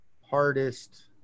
hardest